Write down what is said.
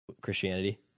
christianity